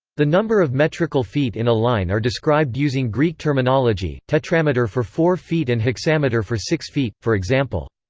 the number of metrical feet in a line are described using greek terminology tetrameter for four feet and hexameter for six feet, for example.